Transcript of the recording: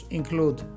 include